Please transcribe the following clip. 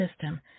system